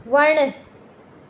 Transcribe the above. वण